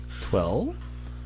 Twelve